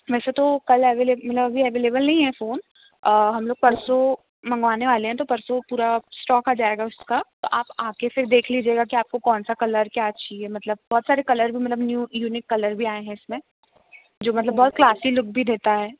वैसे तो कल अवेलेबल मतलब अभी अवेलेबल नहीं है फ़ोन हम लोग परसों मंगवाने वाले हैं तो परसों पूरा स्टॉक आ जाएगा उसका तो आप आके फिर देख लीजिएगा कि आपको कौनसा कलर क्या चाहिए मतलब बहुत सारे कलर हैं मतलब न्यू यूनिक कलर भी आए हैं इसमें जो मतलब बहुत क्लासी लुक भी देता है